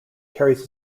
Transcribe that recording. carries